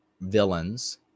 villains